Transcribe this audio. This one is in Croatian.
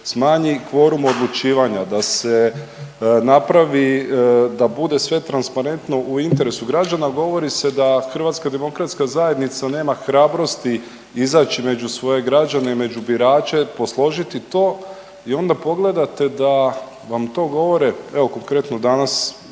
smanji kvorum odlučivanja, da se napravi da bude sve transparentno u interesu govori se da HDZ nema hrabrosti izaći među svoje građane i među birače, posložiti to i onda pogledate da vam to govore evo konkretno danas